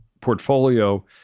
portfolio